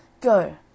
Go